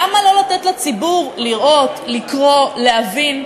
למה לא לתת לציבור לראות, לקרוא, להבין?